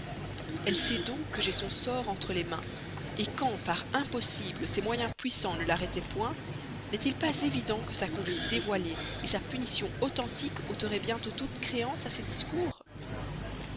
elle sait donc que j'ai son sort entre les mains quand par impossible ces moyens puissants ne l'arrêteraient point n'est-il pas évident que sa conduite dévoilée sa punition authentique ôteraient bientôt toute créance à ses discours